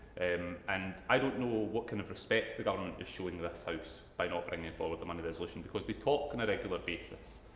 and and i don't know what kind of respect the government is showing this house by not bringing forward the money resolution. because we talk on a regular basis.